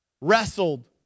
wrestled